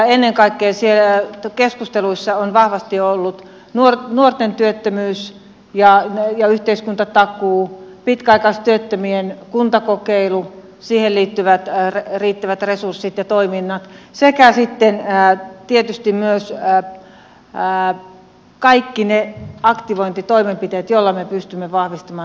ennen kaikkea keskusteluissa on vahvasti ollut nuorten työttömyys ja yhteiskuntatakuu pitkäaikaistyöttömien kuntakokeilu siihen liittyvät riittävät resurssit ja toiminnat sekä tietysti myös kaikki ne aktivointitoimenpiteet joilla me pystymme vahvistamaan työllisyyttä